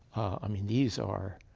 i mean, these are